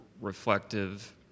reflective